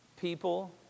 people